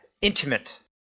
intimate